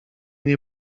nie